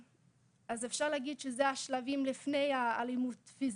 אז אפשר להגיד שאלו כל השלבים לפני האלימות הפיזית,